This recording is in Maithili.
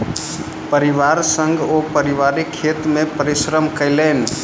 परिवार संग ओ पारिवारिक खेत मे परिश्रम केलैन